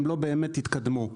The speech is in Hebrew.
הם לא באמת התקדמו.